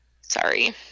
Sorry